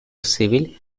civil